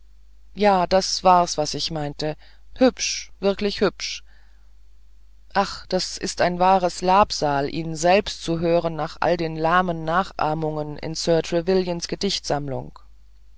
ja das war was ich meinte hübsch wirklich sehr hübsch ach das ist ein wahres labsal ihn selbst zu hören nach all der lahmen nachahmung in sir trevelyans gedichtsammlung